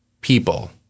people